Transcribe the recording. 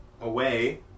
away